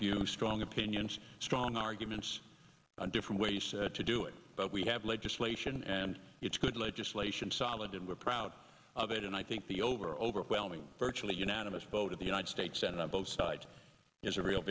opinions strong arguments and different ways to do it but we have legislation and it's good legislation solid and we're proud of it and i think the over overwhelming virtually unanimous vote of the united states senate on both sides is a real